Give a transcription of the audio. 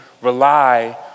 rely